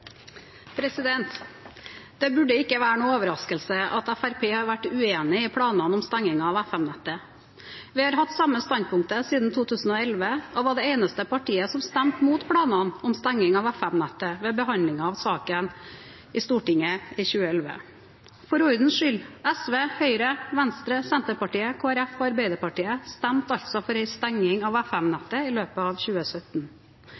Det burde ikke være noen overraskelse at Fremskrittspartiet har vært uenig i planene om stenging av FM-nettet. Vi har hatt samme standpunkt siden 2011 og var det eneste partiet som stemte imot planene om stenging av FM-nettet ved behandlingen av saken i Stortinget i 2011. For ordens skyld: SV, Høyre, Venstre, Senterpartiet, Kristelig Folkeparti og Arbeiderpartiet stemte altså for en stenging av FM-nettet i løpet av 2017.